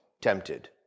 tempted